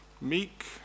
meek